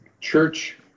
church